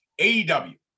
AEW